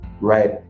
right